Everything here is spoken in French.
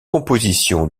compositions